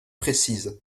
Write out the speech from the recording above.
précises